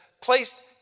placed